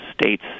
states